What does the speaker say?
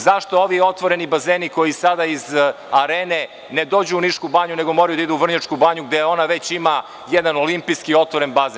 Zašto ovi otvoreni bazeni koji sada iz Arene ne dođu u Nišku banju, nego moraju da idu u Vrnjačku banju, gde ima jedan olimpijski otvoren bazen.